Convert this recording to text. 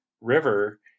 river